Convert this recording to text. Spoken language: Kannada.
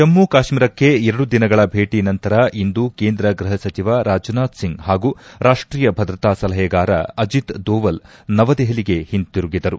ಜಮ್ನು ಕಾಶ್ನೀರಕ್ಷೆ ಎರಡು ದಿನಗಳ ಭೇಟಿ ನಂತರ ಇಂದು ಕೇಂದ್ರ ಗ್ಲಪ ಸಚಿವ ರಾಜ್ನಾಥ್ ಸಿಂಗ್ ಹಾಗೂ ರಾಷ್ಷೀಯ ಭದ್ರತಾ ಸಲಹೆಗಾರ ಅಜಿತ್ ದೊವಲ್ ನವದೆಹಲಿಗೆ ಹಿಂದಿರುಗಿದರು